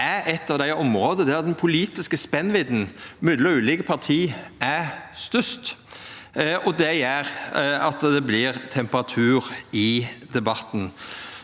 er eit av dei områda der den politiske spennvidda mellom ulike parti er størst. Det gjer at det vert temperatur i debatten.